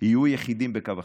לא יהיו יחידות בקו החזית.